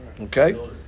Okay